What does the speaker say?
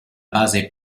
base